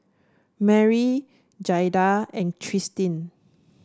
Merrie Jaida and Tristin